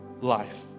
life